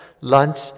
lunch